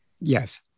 yes